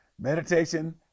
Meditation